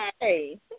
Hey